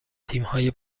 تیمهای